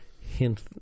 hint